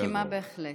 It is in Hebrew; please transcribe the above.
מסכימה בהחלט.